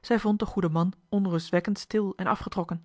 zij vond den goeden man onrustwekkend stil en afgetrokken